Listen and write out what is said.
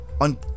on